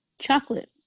Chocolate